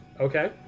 Okay